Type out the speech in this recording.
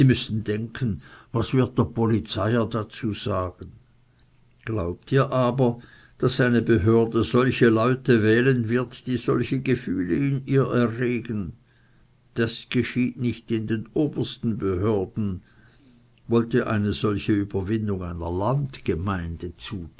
müßten denken was wird der polizeier dazu sagen glaubt ihr aber daß eine behörde solche leute wählen wird die solche gefühle in ihr erregen das geschieht nicht in den obersten behörden wollt ihr eine solche überwindung einer landgemeinde